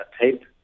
tape